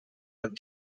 have